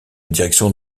direction